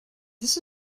this